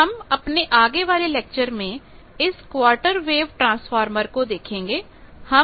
तो हम अपने आगे आने वाले लेक्चर में इस क्वार्टर वेव ट्रांसफार्मर को देखेंगे